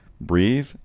breathe